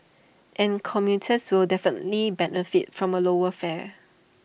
and commuters will definitely benefit from A lower fare